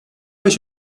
beş